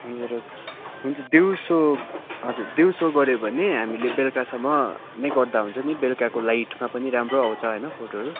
अन्त र हुन्छ दिउँसो हजुर दिउँसो गऱ्यो भने हामीले बेलुकासम्म नै गर्दा हुन्छ नि बेलुकाको लाइटमा पनि राम्रो आउँछ होइन फोटोहरू